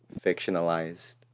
fictionalized